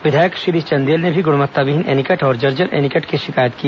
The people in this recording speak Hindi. विधायक चंदेल ने भी गुणवत्ताविहीन एनीकट और जर्जर एनीकट की शिकायत की